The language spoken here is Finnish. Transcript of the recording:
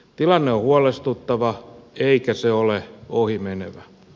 tilanne on huolestuttava eikä se ole ohimenevä